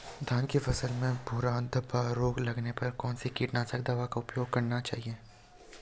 धान की फसल में भूरा धब्बा रोग लगने पर कौन सी कीटनाशक दवा का उपयोग करना चाहिए?